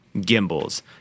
gimbals